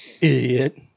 Idiot